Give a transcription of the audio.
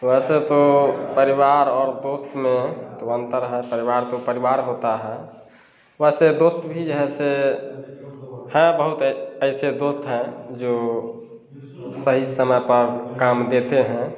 वैसे तो परिवार और दोस्त में तो अंतर है परिवार तो परिवार होता है वैसे दोस्त भी जो है से हैं बहुते ऐसे दोस्त हैं जो सही समय पर काम देते हैं